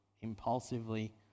impulsively